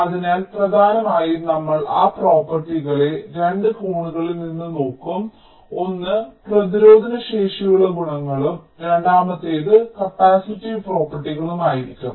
അതിനാൽ പ്രധാനമായും നമ്മൾ ആ പ്രോപ്പർട്ടികളെ 2 കോണുകളിൽ നിന്ന് നോക്കും ഒന്ന് പ്രതിരോധശേഷിയുള്ള ഗുണങ്ങളും രണ്ടാമത്തേത് കപ്പാസിറ്റീവ് പ്രോപ്പർട്ടികളുമായിരിക്കും